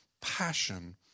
passion